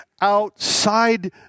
outside